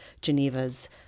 Geneva's